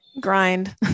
Grind